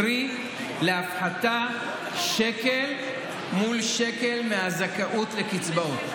קרי להפחיתה שקל מול שקל מהזכאות לקצבאות.